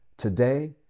Today